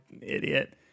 idiot